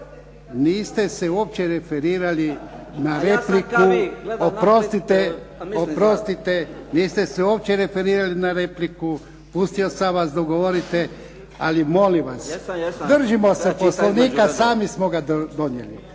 se ne razumije./ … Oprostite niste se uopće referirali na repliku. Pustio sam vas da govorite. Ali molim vas držimo se Poslovnika, sami smo ga donijeli.